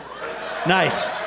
Nice